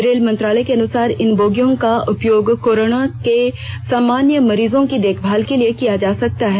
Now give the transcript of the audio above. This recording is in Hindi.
रेल मंत्रालय के अनुसार इन बोगियों का उपयोग कोरोना के सामान्य मरीजों की देखभाल के लिए किया जा सकता है